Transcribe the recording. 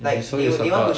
so so you support